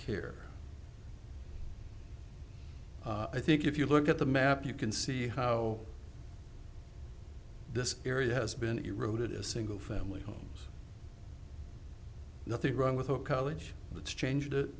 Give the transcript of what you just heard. care i think if you look at the map you can see how this area has been eroded a single family homes nothing wrong with a college that's changed